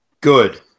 Good